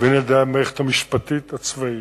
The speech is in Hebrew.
והן על-ידי המערכת המשפטית הצבאית.